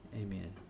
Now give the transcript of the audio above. Amen